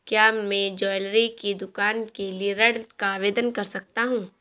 क्या मैं ज्वैलरी की दुकान के लिए ऋण का आवेदन कर सकता हूँ?